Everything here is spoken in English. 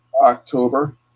October